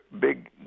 big